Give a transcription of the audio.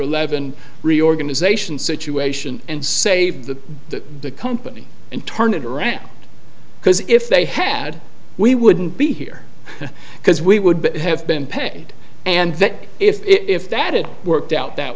eleven reorganization situation and save the company and turn it around because if they had we wouldn't be here because we would have been paid and that if that it worked out that